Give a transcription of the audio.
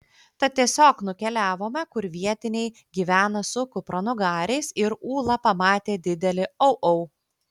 tad tiesiog nukeliavome kur vietiniai gyvena su kupranugariais ir ūla pamatė didelį au au